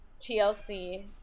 TLC